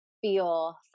feel